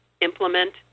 implement